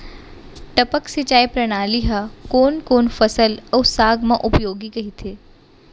टपक सिंचाई प्रणाली ह कोन कोन फसल अऊ साग म उपयोगी कहिथे?